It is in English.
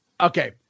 Okay